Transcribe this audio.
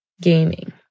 Gaming